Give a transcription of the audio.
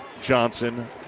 Johnson